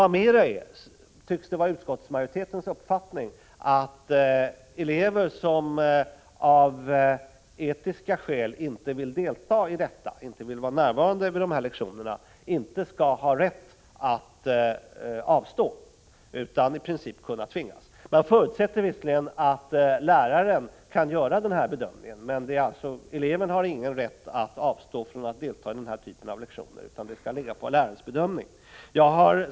Det tycks också vara utskottsmajoritetens uppfattning att elever som av etiska skäl inte vill vara närvarande under sådana här lektioner inte skall ha rätt att avstå utan i princip kunna tvingas att delta. Man förutsätter visserligen att läraren kan göra en bedömning, men eleven har alltså ingen rätt att avstå från den här typen av lektioner. Det beror alltså på lärarens bedömning.